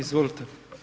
Izvolite.